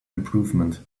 improvement